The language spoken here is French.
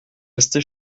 resté